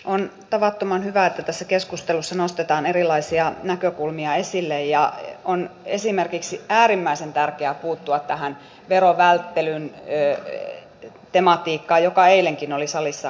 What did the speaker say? on tavattoman hyvä että tässä keskustelussa nostetaan erilaisia näkökulmia esille ja on esimerkiksi äärimmäisen tärkeää puuttua tähän verovälttelyn tematiikkaan joka eilenkin oli salissa keskustelussa